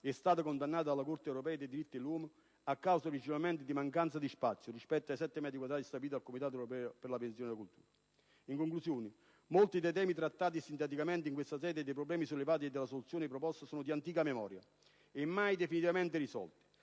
è stata condannata dalla Corte europea dei diritti dell'uomo, principalmente per la mancanza di spazio nelle carceri, a fronte dei 7 metri quadrati stabiliti dal Comitato europeo per la prevenzione della tortura. In conclusione, molti dei temi trattati sinteticamente in questa sede, dei problemi sollevati e delle soluzioni proposte sono di antica memoria, riguardano questioni mai definitivamente risolte.